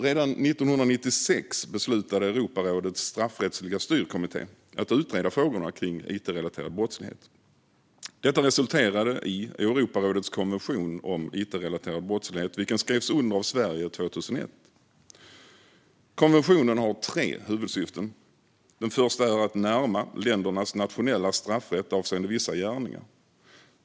Redan 1996 beslutade Europarådets straffrättsliga styrkommitté att utreda frågorna om it-relaterad brottslighet. Detta resulterade i Europarådets konvention om it-relaterad brottslighet, vilken skrevs under av Sverige 2001. Konventionen har tre huvudsyften. Det första är att närma ländernas nationella straffrätt avseende vissa gärningar till varandra.